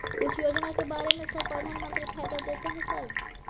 कुछ योजना के बारे में सर प्रधानमंत्री फायदा देता है सर?